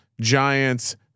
giants